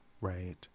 right